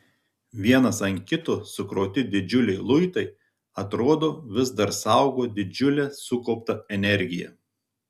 vienas ant kito sukrauti didžiuliai luitai atrodo vis dar saugo didžiulę sukauptą energiją